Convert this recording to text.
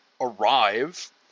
arrive